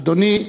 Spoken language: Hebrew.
אדוני,